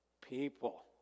people